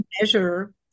measure